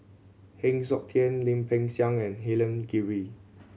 Heng Siok Tian Lim Peng Siang and Helen Gilbey